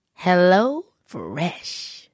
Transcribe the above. HelloFresh